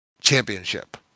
championship